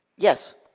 yes.